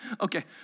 Okay